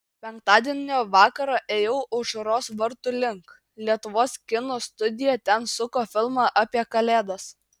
penktadienio vakarą ėjau aušros vartų link lietuvos kino studija ten suko filmą apie kalėdas